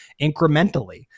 incrementally